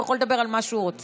הוא יכול לדבר על מה שהוא רוצה.